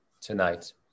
tonight